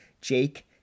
Jake